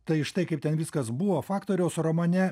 tai štai kaip ten viskas buvo faktoriaus romane